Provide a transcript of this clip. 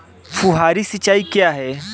फुहारी सिंचाई क्या है?